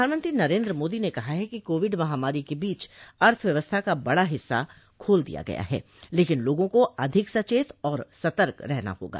प्रधानमंत्री नरेन्द्र मोदी ने कहा ह कि कोविड महामारी के बीच अर्थव्यवस्था का बड़ा हिस्सा खोल दिया गया है लेकिन लोगा को अधिक सचेत और सतर्क रहना होगा